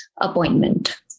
appointment